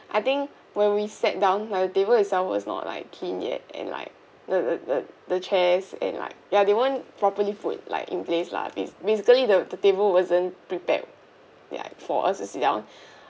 I think when we sat down like the table itself was not like clean yet and like the the the the chairs and like ya they weren't properly put like in place lah bas~ basically the the table wasn't prepared ya for us to sit down